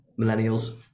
millennials